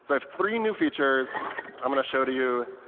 so have three new features i'm going to show to you,